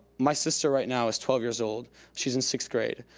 my sister right now is twelve years old. she's in sixth grade.